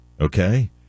okay